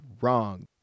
wrong